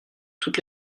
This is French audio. toutes